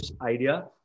idea